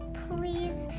please